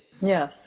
Yes